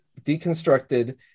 deconstructed